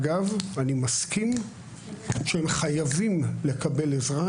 אגב, אני מסכים שהם חייבים לקבל עזרה.